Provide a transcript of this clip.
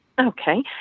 Okay